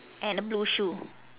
and a blue shoe